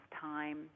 time